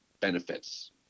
benefits